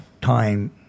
time